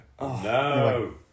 No